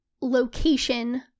location